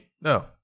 No